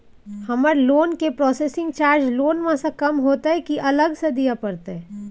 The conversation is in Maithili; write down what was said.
हमर लोन के प्रोसेसिंग चार्ज लोन म स कम होतै की अलग स दिए परतै?